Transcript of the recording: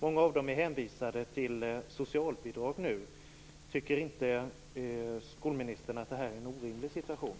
Många av dem är hänvisade till socialbidrag nu. Tycker inte skolministern att det här är en orimlig situation?